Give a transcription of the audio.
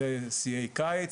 אלו הם שיאי קיץ,